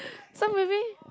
so maybe